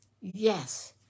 Yes